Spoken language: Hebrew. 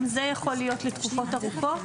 גם זה יכול להיות לתקופות ארוכות.